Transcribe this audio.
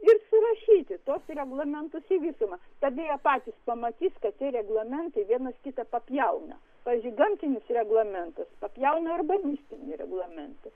ir surašyti tuos reglamentus į visumą tada jie patys pamatys kad tie reglamentai vienas kitą papjauna pavyzdžiui gamtinis reglamentas papjauna urbanistinį reglamentą